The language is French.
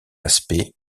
aspects